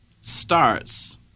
starts